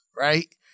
Right